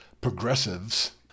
progressives